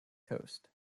coast